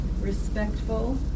respectful